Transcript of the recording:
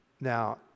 Now